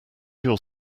your